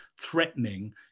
threatening